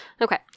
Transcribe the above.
Okay